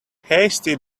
hasty